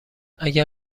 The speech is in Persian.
اگر